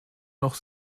noch